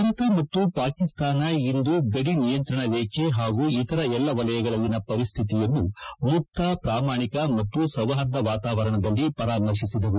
ಭಾರತ ಮತ್ತು ಪಾಕಿಸ್ತಾನ ಇಂದು ಗಡಿ ನಿಯಂತ್ರಣ ರೇಜೆ ಹಾಗೂ ಇತರ ಎಲ್ಲ ವಲಯಗಳಲ್ಲಿನ ಪರಿಸ್ತಿತಿಯನ್ನು ಮುಕ್ಕ ಪಾಮಾಣಿಕ ಮತ್ತು ಸೌಹಾರ್ದ ವಾತಾವರಣದಲ್ಲಿ ಪರಾಮರ್ಶಿಸಿದವು